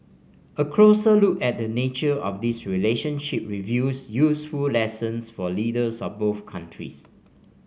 a closer look at the nature of this relationship reveals useful lessons for leaders of both countries